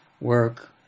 work